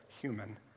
human